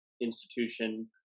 institution